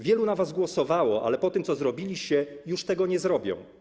Wielu na was głosowało, ale po tym, co zrobiliście, już tego nie powtórzą.